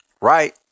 Right